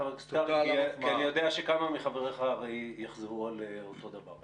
חבר הכנסת קרעי כי אני יודע שכמה מחבריך הרי יחזרו על אותו דבר.